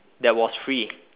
that was free